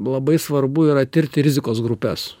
labai svarbu yra tirti rizikos grupes